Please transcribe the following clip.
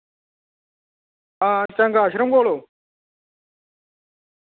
आं झंग्ग आश्रम कोल